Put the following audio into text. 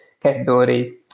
capability